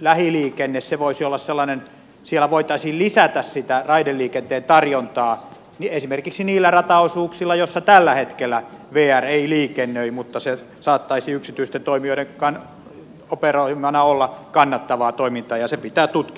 lähiliikenne voisi olla sellainen siellä voitaisiin lisätä sitä raideliikenteen tarjontaa esimerkiksi niillä rataosuuksilla joilla tällä hetkellä vr ei liikennöi mutta se saattaisi yksityisten toimijoiden operoimana olla kannattavaa toimintaa ja se pitää tutkia jatkossa